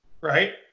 right